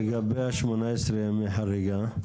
לגבי ה-18 ימי חריגה?